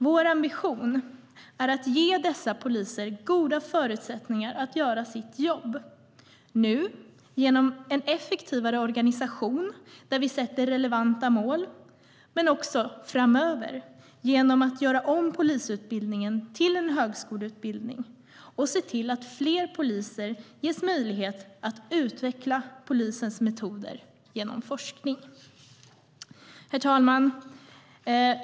Vår ambition är att ge dessa poliser goda förutsättningar att göra sitt jobb - nu genom en effektivare organisation där vi sätter relevanta mål men också framöver genom att göra om polisutbildningen till en högskoleutbildning och se till att fler poliser ges möjlighet att utveckla polisens metoder genom forskning. Herr talman!